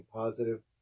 positive